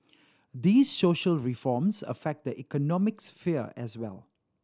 these social reforms affect the economic sphere as well